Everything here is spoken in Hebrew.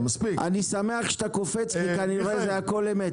אני שמח שאתה קופץ כי כנראה זה הכול אמת.